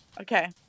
Okay